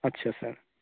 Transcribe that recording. আচ্ছা স্যার